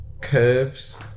curves